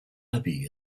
abbey